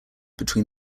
between